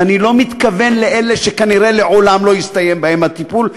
ואני לא מתכוון לאלה שכנראה לעולם לא יסתיים בהם הטיפול,